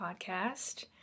Podcast